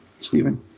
Stephen